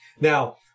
Now